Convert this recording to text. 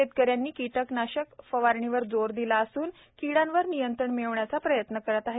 शेतकऱ्यांनी कीटकनाशक फवारणीवर जोर देत अस्न किडीवर नियंत्रण मिळविण्याचा प्रयत्न करीत आहेत